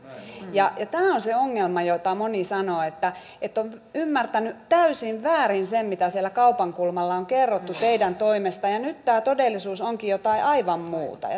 tämä on se ongelma josta moni sanoo että että on ymmärtänyt täysin väärin sen mitä siellä kaupan kulmalla on kerrottu teidän toimestanne ja nyt tämä todellisuus onkin jotain aivan muuta